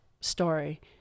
story